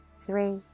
three